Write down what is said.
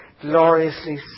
gloriously